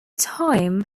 time